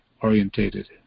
orientated